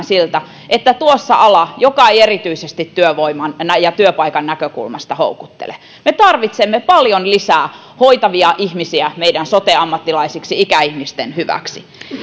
siltä että tuossa on ala joka ei erityisesti työvoiman ja työpaikan näkökulmasta houkuttele me tarvitsemme paljon lisää hoitavia ihmisiä meidän sote ammattilaisiksi ikäihmisten hyväksi